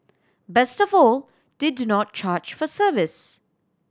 best of all they do not charge for service